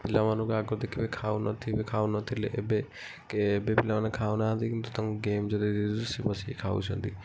ପିଲାମାନେ ଆକୁ ଦେଖିଲେ ଖାଉନଥିଲେ ଏବେ ପିଲାମାନେ ଖାଉ ନାହାନ୍ତି ତାଙ୍କୁ ଗେମ୍ ଯଦି ଦେଲେ ସେମାନେ ବସିକି ଖାଉଛନ୍ତି